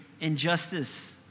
injustice